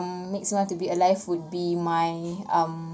um makes me want to be alive would be my um